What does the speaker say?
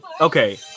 okay